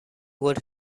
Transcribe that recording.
would